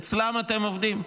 אצלם אתם עובדים.